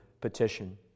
petition